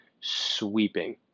sweeping